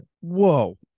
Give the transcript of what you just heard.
Whoa